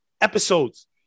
episodes